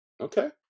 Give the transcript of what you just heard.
Okay